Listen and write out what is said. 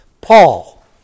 Paul